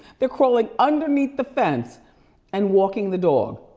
they're crawling underneath the fence and walking the dog.